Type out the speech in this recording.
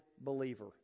believer